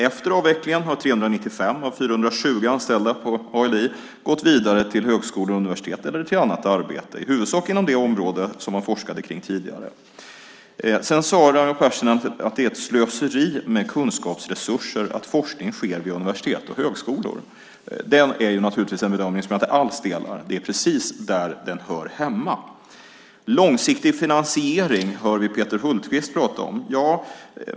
Efter avvecklingen har 395 av 420 anställda på ALI gått vidare till högskolor och universitet eller till annat arbete, i huvudsak inom det område som man forskade på tidigare. Sedan sade Raimo Pärssinen att det är ett slöseri med kunskapsresurser att forskning sker vid universitet och högskolor. Det är naturligtvis en bedömning som jag inte alls delar. Det är precis där den hör hemma. Vi hörde Peter Hultqvist prata om långsiktig finansiering.